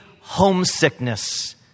homesickness